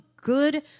good